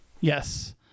Yes